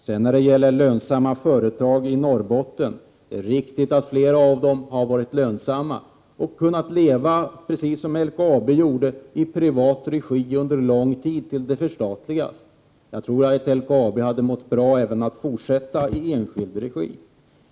Det är riktigt att många företag i Norrbotten har varit lönsamma och kunnat leva, precis som LKAB, i privat regi under lång tid tills de förstatligats. Jag tror att LKAB hade mått bra även i fortsatt enskild regi.